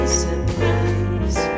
surprise